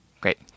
Great